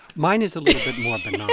mine is a little bit more benign